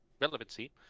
relevancy